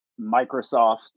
Microsoft